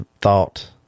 thought